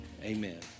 Amen